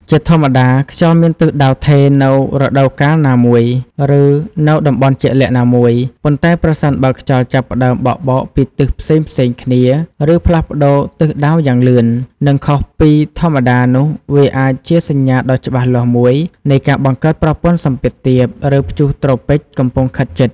ជាធម្មតា ខ្យល់មានទិសដៅថេរនៅរដូវកាលណាមួយ ឬនៅតំបន់ជាក់លាក់ណាមួយ ប៉ុន្តែប្រសិនបើខ្យល់ចាប់ផ្តើមបក់បោកពីទិសផ្សេងៗគ្នាឬផ្លាស់ប្តូរទិសដៅយ៉ាងលឿន និងខុសពីធម្មតានោះវាអាចជាសញ្ញាដ៏ច្បាស់លាស់មួយនៃការបង្កើតប្រព័ន្ធសម្ពាធទាប ឬព្យុះត្រូពិចកំពុងខិតជិត។